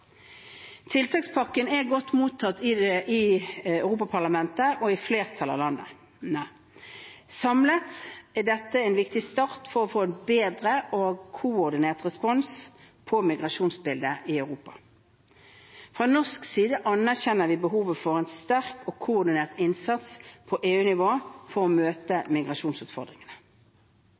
Tiltakspakken er godt mottatt av Europaparlamentet og i flertallet av landene. Samlet er dette en viktig start for å få en bedre og koordinert respons på migrasjonsbildet i Europa. Fra norsk side anerkjenner vi behovet for en sterk og koordinert innsats på EU-nivå for å